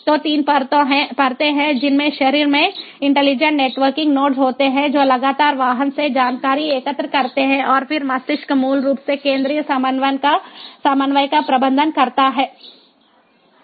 तो 3 परतें हैं जिनमें शरीर में इंटेलिजेंट नेटवर्किंग नोड्स होते हैं जो लगातार वाहन से जानकारी एकत्र करते हैं और फिर मस्तिष्क मूल रूप से केंद्रीय समन्वय का प्रबंधन करता है